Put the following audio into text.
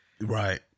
Right